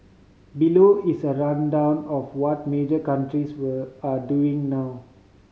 below is a rundown of what major countries were are doing now